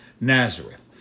Nazareth